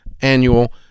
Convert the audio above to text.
annual